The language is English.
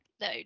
No